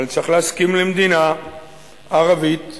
אבל צריך להסכים למדינה ערבית ועצמאית,